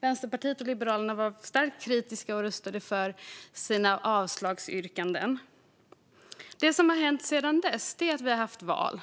Vänsterpartiet och Liberalerna hade en samsyn. Vi var båda starkt kritiska och röstade för avslagsyrkanden. Det som har hänt sedan dess är att vi har haft val.